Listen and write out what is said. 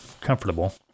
comfortable